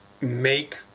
make